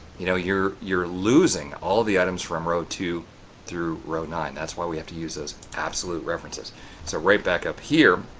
you know you're you're losing all the items from row two through row nine. that's why we have to use those absolute references so right back up here,